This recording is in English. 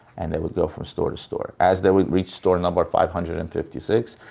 and they would go from store to store. as they would reach store number five hundred and fifty six,